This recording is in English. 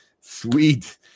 sweet